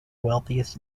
wealthiest